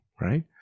right